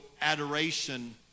adoration